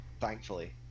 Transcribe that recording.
thankfully